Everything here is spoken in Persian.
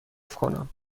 کنم